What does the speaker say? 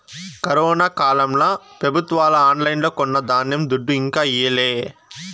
corona కాలంల పెబుత్వాలు ఆన్లైన్లో కొన్న ధాన్యం దుడ్డు ఇంకా ఈయలే